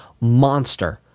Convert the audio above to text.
monster